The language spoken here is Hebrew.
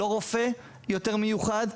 לא רופא יותר מיוחד,